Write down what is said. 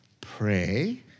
pray